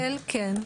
כולל, כן.